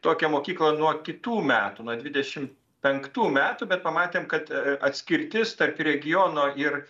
tokią mokyklą nuo kitų metų nuo dvidešimt penktų metų bet pamatėm kad a atskirtis tarp regiono ir